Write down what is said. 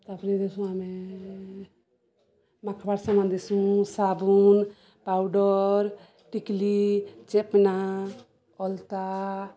ତାପରେ ଦେସୁଁ ଆମେ ମାଖବାର୍ ସାମାନ ଦେସୁଁ ସାବୁନ ପାଉଡ଼ର ଟିକିଲି ଚେପନା ଅଲତା